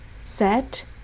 set